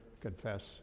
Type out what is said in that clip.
confess